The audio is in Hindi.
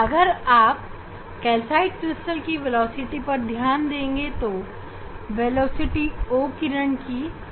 अगर आप कैल्साइट क्रिस्टल मैं वेलोसिटी पर ध्यान देंगे तो O किरण की वेलोसिटी E किरण से कम होगी